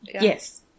Yes